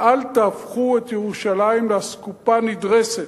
ואל תהפכו את ירושלים לאסקופה נדרסת,